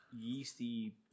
yeasty